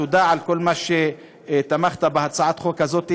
תודה על כל מה שתמכת בהצעת החוק הזאת,